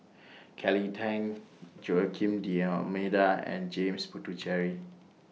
Kelly Tang Joaquim D'almeida and James Puthucheary